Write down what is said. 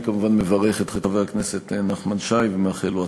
אני כמובן מברך את חבר הכנסת נחמן שי ומאחל לו הצלחה.